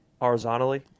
Horizontally